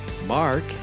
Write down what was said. mark